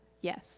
Yes